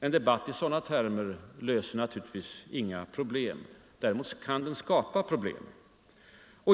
En debatt i sådana termer löser naturligtvis inga problem. Däremot kan den skapa problem.